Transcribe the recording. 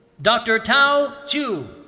dr. tao zhu,